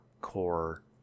core